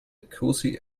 cozy